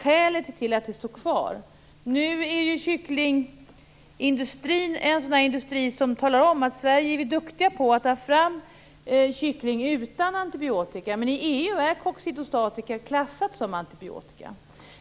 Kycklingindustrin är ju en industri som talar om att i Sverige är vi duktiga på att ta fram kycklingar utan antibiotika, men i EU är coccidostatika klassat som antibiotika.